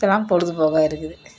இதெல்லாம் பொழுதுபோக்கா இருக்குது